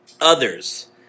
Others